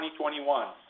2021